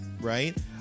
right